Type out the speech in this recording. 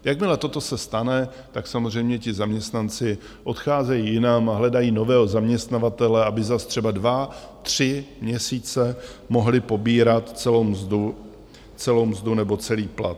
Jakmile toto se stane, tak samozřejmě ti zaměstnanci odcházejí jinam a hledají nového zaměstnavatele, aby zas třeba dva tři měsíce mohli pobírat celou mzdu nebo celý plat.